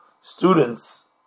students